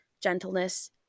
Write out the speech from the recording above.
gentleness